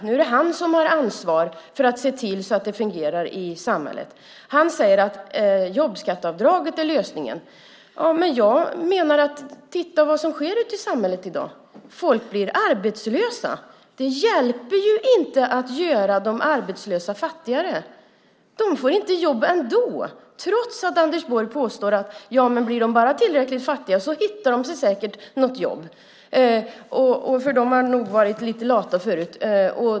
Nu är det han som har ansvar för att se till att det fungerar i samhället. Han säger att jobbskatteavdraget är lösningen. Men titta vad som sker ute i samhället i dag! Folk blir arbetslösa. Det hjälper inte att göra de arbetslösa fattigare. De får inte jobb ändå, trots att Anders Borg påstår att blir de bara tillräckligt fattiga hittar de säkert något jobb, för de har nog varit lite lata förut.